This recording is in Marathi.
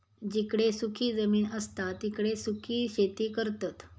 जिकडे सुखी जमीन असता तिकडे सुखी शेती करतत